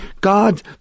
God